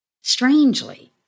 Strangely